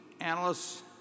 analysts